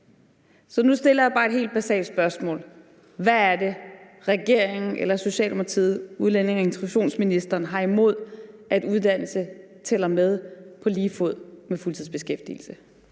Så nu stiller jeg bare et helt basalt spørgsmål: Hvad er det, regeringen, Socialdemokratiet eller udlændinge- og integrationsministeren har imod, at uddannelse tæller med på lige fod med fuldtidsbeskæftigelse?